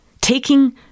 taking